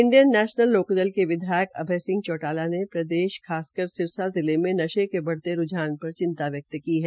India National Lok Dal के विधायक अभय चौटाला ने प्रदेश खासकर सिरसा जिले में नशे के बढ़ते रूझान पर चिंता व्यक्त की है